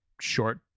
short